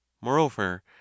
moreover